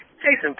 Jason